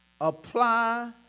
apply